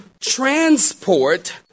transport